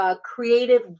creative